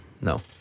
No